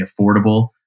affordable